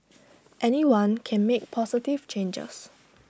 anyone can make positive changes